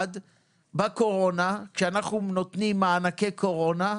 בקורונה כשאנחנו נותנים מענקי קורונה,